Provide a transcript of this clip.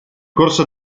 corso